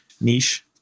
niche